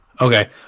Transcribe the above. Okay